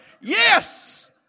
yes